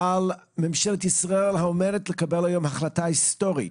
ממשלת ישראל העומדת לקבל היום החלטה היסטורית.